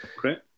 great